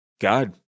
God